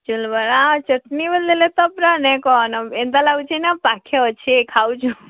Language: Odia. ଚଉଲ୍ ବରା ଆର୍ ଚଟ୍ନି ବଲ୍ଦେଲେ ତ ପୁରା ନାଇଁ କହନ ଏନ୍ତା ଲାଗୁଛେ ନା ପାଖେ ଅଛେ ଖାଉଚୁଁ